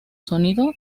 sonido